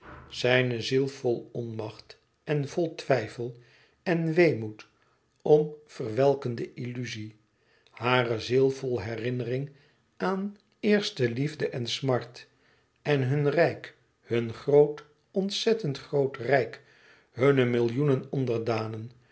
zijne ziel vol onmacht en vol twijfel en weemoed om verwelkende illuzie hare ziel vol herinnering aan eerste liefde en smart en hun rijk hun groot ontzettend groot rijk hunne millioenen onderdanen